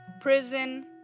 prison